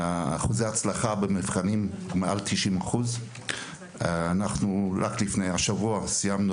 אחוזי ההצלחה במבחנים הם מעל 90%. השבוע סיימנו